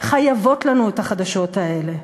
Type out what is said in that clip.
חייבות לנו את החדשות האלה.